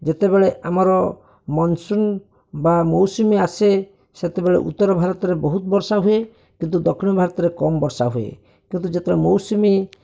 ଯେତେ ବେଳେ ଆମର ମନସୁନ ବା ମୌସୁମୀ ଆସେ ସେତେବେଳେ ଉତ୍ତର ଭାରତରେ ବହୁତ ବର୍ଷା ହୁଏ କିନ୍ତୁ ଦକ୍ଷିଣ ଭାରତରେ କମ୍ ବର୍ଷା ହୁଏ କିନ୍ତୁ ଯେତେବେଳେ ମୌସୁମୀ